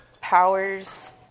powers